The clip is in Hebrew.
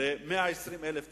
ל-120,000 תושבים.